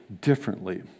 differently